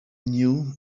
knew